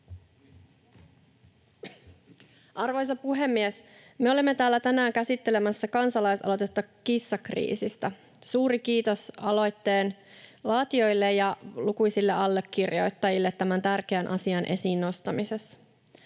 Arvoisa puhemies! Me olemme täällä tänään käsittelemässä kansalaisaloitetta kissakriisistä. Suuri kiitos aloitteen laatijoille ja lukuisille allekirjoittajille tämän tärkeän asian esiin nostamisesta.